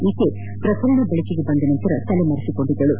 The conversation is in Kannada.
ಈಕೆ ಪ್ರಕರಣ ವೆಳಕಿಗೆ ಬಂದ ನಂತರ ತಲೆಮರೆಸಿಕೊಂಡಿದ್ದಳು